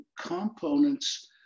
components